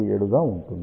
27 గా ఉంటుంది